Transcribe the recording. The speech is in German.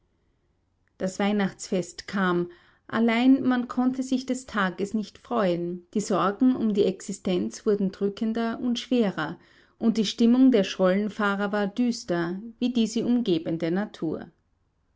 das weihnachtsfest kam allein man konnte sich des tages nicht freuen die sorgen um die existenz wurden drückender und schwerer und die stimmung der schollenfahrer war düster wie die sie umgebende natur